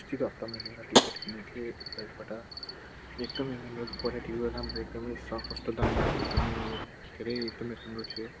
अस्तिको हप्ता मैले एउटा टिसर्ट किनेको थिएँ फ्लिपकार्डबाट एकदमै राम्रो क्वालिटीवाला राम्रो एकदमै सस्तो दाममा एकदमै धेरै एकदमै राम्रो थियो